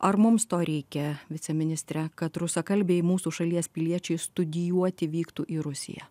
ar mums to reikia viceministre kad rusakalbiai mūsų šalies piliečiai studijuoti vyktų į rusiją